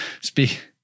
Speak